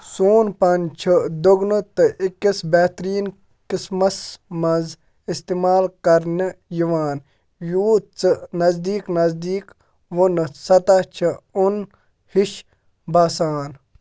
سون پَن چھِ دۄگنو تہٕ أکِس بہتریٖن قٕسمَس منٛز اِستعمال کَرنہٕ یِوان یوٗت ژٕ نزدیٖک نزدیٖک ووٚنُتھ سطح چھےٚ اوٚن ہِش باسان